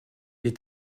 est